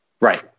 Right